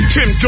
Tim